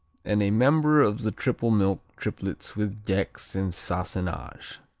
and a member of the triple milk triplets with gex and sassenage.